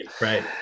right